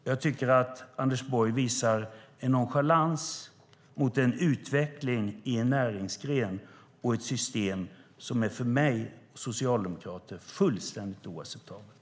Jag tycker att Anders Borg visar nonchalans mot en utveckling i en näringsgren och i ett system som för mig och för oss socialdemokrater är fullständigt oacceptabel.